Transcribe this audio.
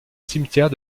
cimetière